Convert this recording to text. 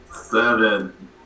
Seven